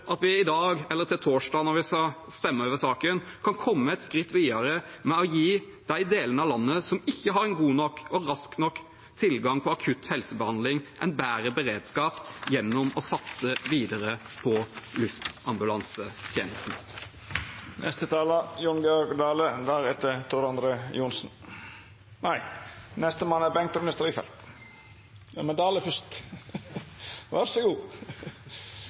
vi i dag – eller på torsdag, når vi skal stemme over saken – kan komme et skritt videre med å gi de delene av landet som ikke har god nok og rask nok tilgang på akutt helsebehandling, bedre beredskap gjennom å satse videre på luftambulansetjenesten. Neste talar er Jon Georg Dale, deretter Tor André Johnsen. Nei, nestemann er Bengt Rune Strifeldt – men med Jon Georg Dale fyrst. Vær så god!